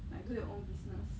like do your own business